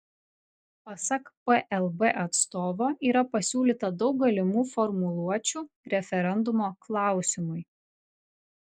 pasak plb atstovo yra pasiūlyta daug galimų formuluočių referendumo klausimui